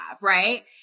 right